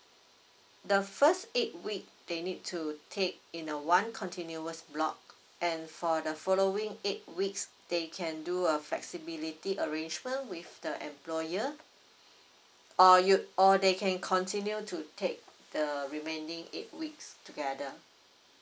the first eight week they need to take in a one continuous block and for the following eight weeks they can do a flexibility arrangement with the employer or you or they can continue to take the remaining eight weeks together